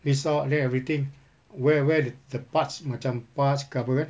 list out there everything where where th~ the parts macam parts ke apa kan